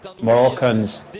Moroccans